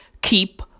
Keep